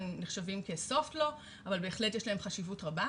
הן נחשבות כ-soft law אבל בהחלט יש להן חשיבות רבה.